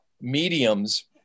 mediums